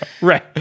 Right